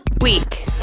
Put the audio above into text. week